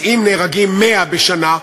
אז אם נהרגים 100 בשנה,